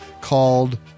called